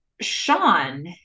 Sean